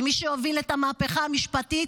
כי מי שהוביל את המהפכה המשפטית,